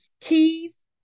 keys